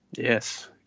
Yes